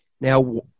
Now